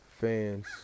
fans